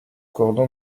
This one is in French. cordon